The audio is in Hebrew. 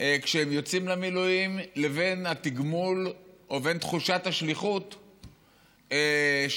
כשהם יוצאים למילואים לבין התגמול או תחושת השליחות שיש.